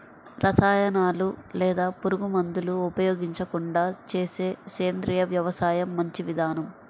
రసాయనాలు లేదా పురుగుమందులు ఉపయోగించకుండా చేసే సేంద్రియ వ్యవసాయం మంచి విధానం